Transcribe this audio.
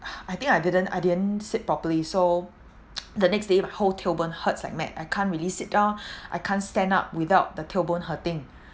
I think I didn't I didn't sit properly so the next day my whole tailbone hurts like mad I can't really sit down I can't stand up without the tailbone hurting